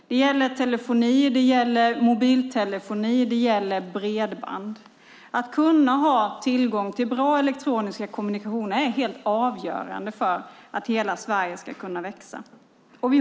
Det gäller då telefoni, mobiltelefoni och bredband. Att ha tillgång till bra elektroniska kommunikationer är helt avgörande för att hela Sverige ska kunna växa.